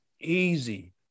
easy